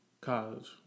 College